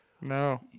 No